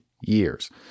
years